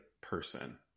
person